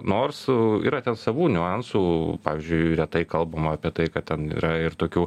nors yra ten savų niuansų pavyzdžiui retai kalbama apie tai kad ten yra ir tokių